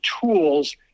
tools